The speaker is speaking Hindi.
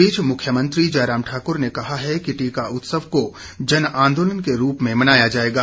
इस बीच मुख्यमंत्री जयराम ठाकुर ने कहा कि टीका उत्सव को जन आंदोलन के रूप में मनाया जाएगा